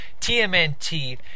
TMNT